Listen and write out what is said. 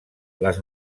les